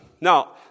Now